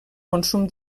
consum